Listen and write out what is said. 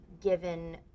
given